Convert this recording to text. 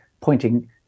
pointing